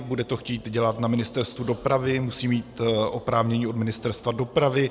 Bude to chtít dělat na Ministerstvu dopravy, musí mít oprávnění od Ministerstva dopravy.